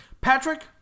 Patrick